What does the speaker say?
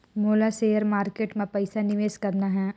मोला share market मां पइसा निवेश करना हे?